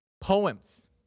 poems